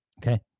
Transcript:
Okay